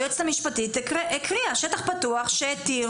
היועצת המשפטית הקריאה: "שטח פתוח" - שהתיר